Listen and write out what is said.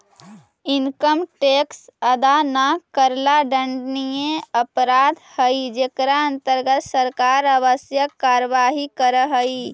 income tax अदा न करला दंडनीय अपराध हई जेकर अंतर्गत सरकार आवश्यक कार्यवाही करऽ हई